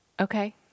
Okay